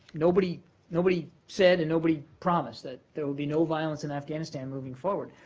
nobody nobody said and nobody promised that there will be no violence in afghanistan moving forward.